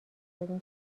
دادین